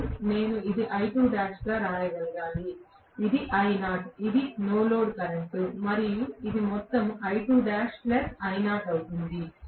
ఇప్పుడు నేను ఇది I2' అని వ్రాయగలగాలి ఇది I0 ఇది నో లోడ్ కరెంట్ మరియు ఇది మొత్తం అవుతుంది